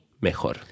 mejor